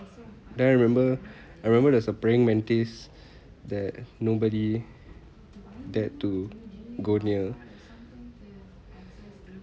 then I remember I remember there's a praying mantis that nobody dared to go near